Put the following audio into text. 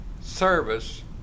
service